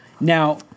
Now